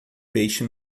peixe